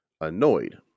annoyed